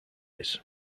hiss